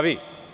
Vi.